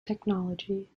technology